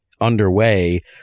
underway